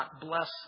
bless